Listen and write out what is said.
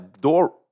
door